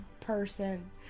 person